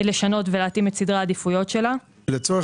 לשנות ולהתאים את סדרי העדיפויות שלה --- לצורך